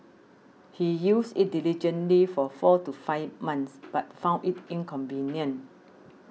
he used it diligently for four to five months but found it inconvenient